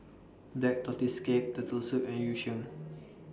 Black Tortoise Cake Turtle Soup and Yu Sheng